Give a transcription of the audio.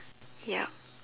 yup